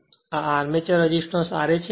આ આ armature resistance ra છે